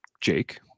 Jake